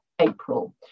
April